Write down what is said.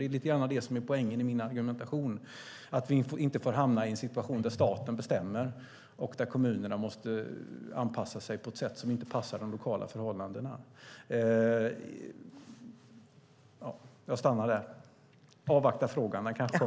Det är lite grann det som är poängen i min argumentation. Vi får inte hamna i en situation där staten bestämmer och där kommunerna måste anpassa sig på ett sätt som inte passar de lokala förhållandena. Jag stannar där och avvaktar frågan. Den kanske kommer nu.